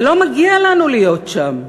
זה לא מגיע לנו להיות שם.